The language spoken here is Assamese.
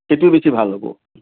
কোনটো বেছি ভাল হ'ব